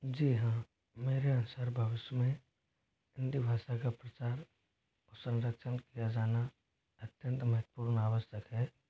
जी हाँ मेरे अनुसार भविष्य में हिंदी भाषा का प्रचार ओ संरक्षण किया जाना अत्यंत महत्वपूर्ण आवश्यक है